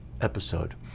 episode